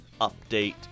update